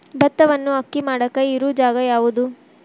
ಭತ್ತವನ್ನು ಅಕ್ಕಿ ಮಾಡಾಕ ಇರು ಜಾಗ ಯಾವುದು?